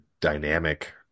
dynamic